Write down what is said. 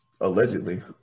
Allegedly